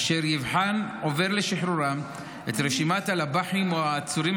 אשר יבחן עובר לשחרורם את רשימת הלב"חים או העצורים